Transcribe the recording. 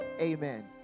amen